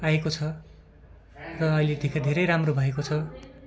आएको छ तर अहिले यत्तिको धेरै राम्रो भएको छ